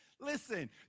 Listen